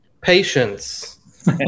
Patience